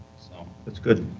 so, it's good.